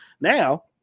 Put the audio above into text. Now